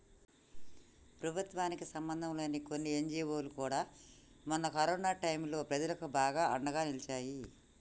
ప్రభుత్వానికి సంబంధంలేని కొన్ని ఎన్జీవోలు కూడా మొన్న కరోనా టైంలో ప్రజలకు బాగా అండగా నిలిచాయి